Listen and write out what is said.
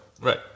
right